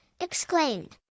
exclaimed